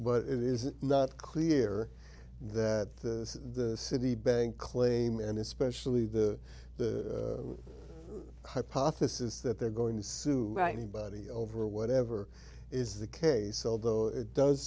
but it is not clear that the citibank claim and especially the the hypothesis that they're going to sue anybody over whatever is the case although it does